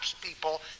people